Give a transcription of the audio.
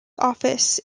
office